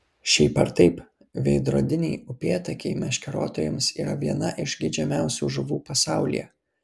šiaip ar taip veidrodiniai upėtakiai meškeriotojams yra viena iš geidžiamiausių žuvų pasaulyje